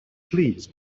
please